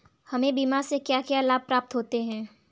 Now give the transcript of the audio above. हमें बीमा से क्या क्या लाभ प्राप्त होते हैं?